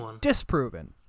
disproven